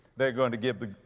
they're going to give the,